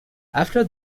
after